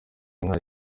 inka